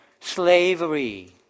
slavery